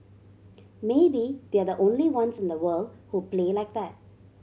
maybe they're the only ones in the world who play like that